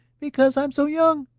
because i am so young?